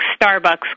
Starbucks